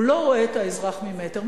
הוא לא רואה את האזרח ממטר.